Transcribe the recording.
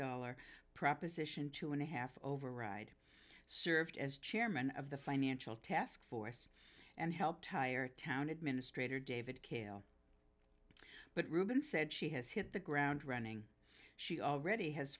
dollar proposition two and a half override served as chairman of the financial taskforce and help tire town administrator david kale but ruben said she has hit the ground running she already has